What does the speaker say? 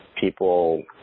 people